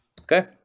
Okay